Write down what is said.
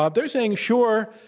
um they're saying sure,